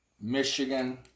Michigan